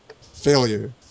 failure